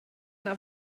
yna